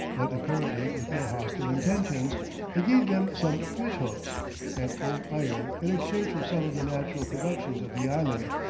but apparently with no hostile intentions they gave them some fish-hooks and old iron in exchange for some of the natural productions of the island,